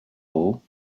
all